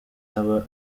haba